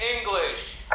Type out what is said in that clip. English